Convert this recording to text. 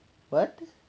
what